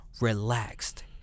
relaxed